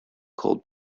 cold